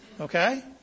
Okay